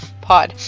pod